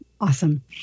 awesome